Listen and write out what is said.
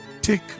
tick